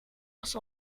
was